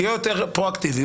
תהיה יותר פרואקטיביות.